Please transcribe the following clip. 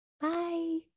Bye